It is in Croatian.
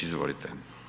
Izvolite.